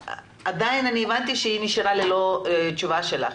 עדיין הבנתי שהיא נותרה ללא תשובה שלך.